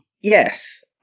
Yes